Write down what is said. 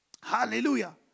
Hallelujah